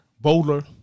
Bowler